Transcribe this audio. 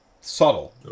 subtle